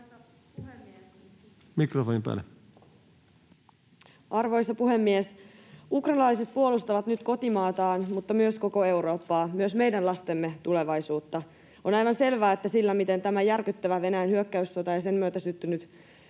Content: Arvoisa puhemies! Ukrainalaiset puolustavat nyt kotimaataan mutta myös koko Eurooppaa, myös meidän lastemme tulevaisuutta. On aivan selvää, että se, miten tämä järkyttävä Venäjän hyökkäyssota ja sen myötä syttynyt